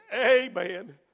Amen